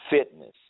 fitness